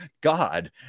god